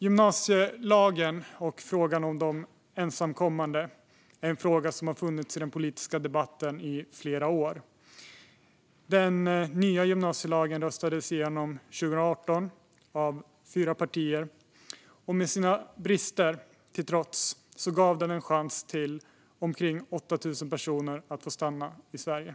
Gymnasielagen och frågan om de ensamkommande är en fråga som har funnits i den politiska debatten i flera år. Den nya gymnasielagen röstades igenom 2018 av fyra partier. Sina brister till trots gav den en chans för omkring 8 000 personer att få stanna i Sverige.